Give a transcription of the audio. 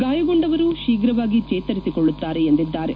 ಗಾಯಗೊಂಡವರು ಶೀಘವಾಗಿ ಚೇತರಿಸಿಕೊಳ್ಳುತ್ತಾರೆ ಎಂದಿದ್ದಾರೆ